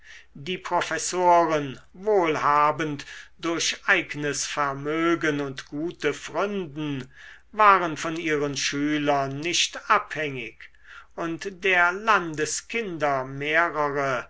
die professoren wohlhabend durch eignes vermögen und gute pfründen waren von ihren schülern nicht abhängig und der landeskinder mehrere